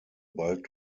bald